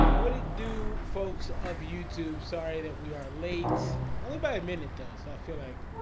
what do do folks of youtube sorry that we are late only by a minute though i feel like